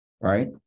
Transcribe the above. Right